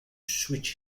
switch